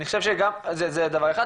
זה דבר אחד.